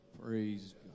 Praise